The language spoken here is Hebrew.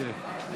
לא כשאני